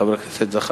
חבר הכנסת זחאלקה.